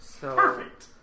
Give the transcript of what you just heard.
Perfect